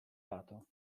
lato